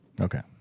Okay